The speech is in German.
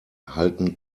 halten